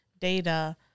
data